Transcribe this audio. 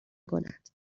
کند